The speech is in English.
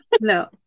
no